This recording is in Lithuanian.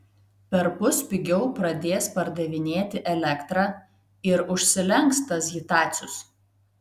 perpus pigiau pradės pardavinėti elektrą ir užsilenks tas hitacius